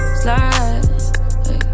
slide